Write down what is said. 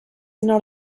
not